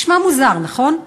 נשמע מוזר, נכון?